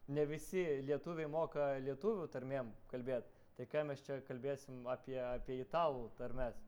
ne visi lietuviai moka lietuvių tarmėm kalbėt tai ką mes čia kalbėsim apie apie italų tarmes